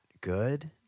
good